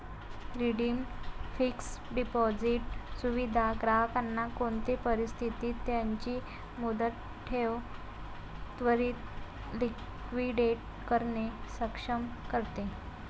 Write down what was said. redeemed fixed deposit सुविधा ग्राहकांना कोणते परिस्थितीत त्यांची मुदत ठेव त्वरीत लिक्विडेट करणे सक्षम करते